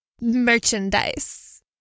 merchandise